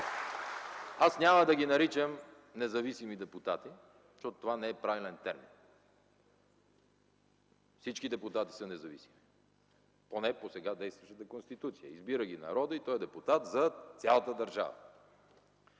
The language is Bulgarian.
Аз няма да ги наричам „независими депутати”, защото това не е правилен термин. Всички депутати са независими, поне по сега действащата Конституция – избира ги народът и той е депутат за цялата държава.